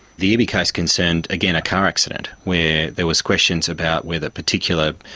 the iby case concerned, again, a car accident where there was questions about whether particular